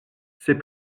c’est